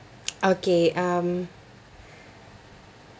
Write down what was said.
okay um